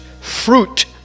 fruit